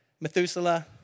Methuselah